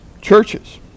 churches